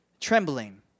trembling